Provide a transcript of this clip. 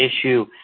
issue